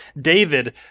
David